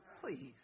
please